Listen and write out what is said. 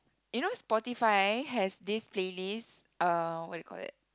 you know Spotify has this playlist uh what do you call it